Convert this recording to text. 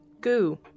goo